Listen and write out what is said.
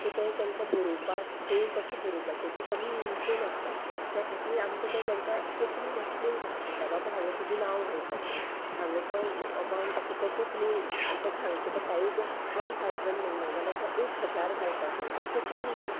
so तें तांकां बरोवपाक खंय कशें बरोवपाचें तें सगळें इंग्लीशेन आसता त्या खातीर आमकां तें तांकां कोंकणीन एक्सप्लेन करचें पडटा बाबा हांगा तुजें नांव घालपाचें हांगा तो अमावंट आसा तो कोंकणीन ताका सांगचें पडटा एक वन ठावजन म्हणलें जाल्यार तो एक हजार घालपाचो तें कोंकणीन घाल